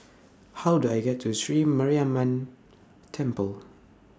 How Do I get to Sri Mariamman Temple